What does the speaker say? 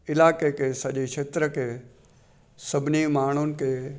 इलाइक़े खे सॼे खेत्र खे सभिनी माण्हुनि खे